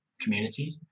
community